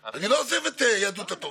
אבל אני מכיר רפורמות.